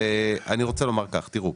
תיראו,